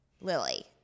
Lily